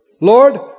Lord